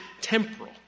temporal